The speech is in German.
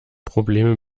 probleme